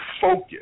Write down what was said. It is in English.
focus